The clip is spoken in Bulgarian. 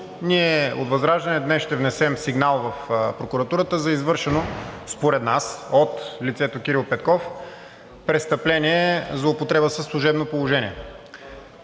Ние от ВЪЗРАЖДАНЕ днес ще внесем сигнал в прокуратурата за извършено, според нас, от лицето Кирил Петков престъпление – злоупотреба със служебно положение,